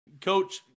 Coach